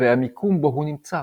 והמיקום בו הוא נמצא,